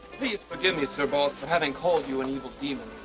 please forgive me, sir boss, for having called you an evil demon.